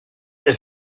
est